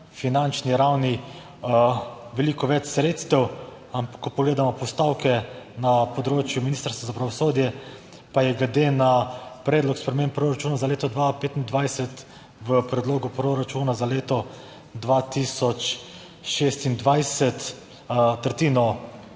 finančni ravni, veliko več sredstev. Ampak ko pogledamo postavke na področju Ministrstva za pravosodje, pa je glede na predlog sprememb proračuna za leto 2025 v predlogu proračuna za leto 2026 tretjino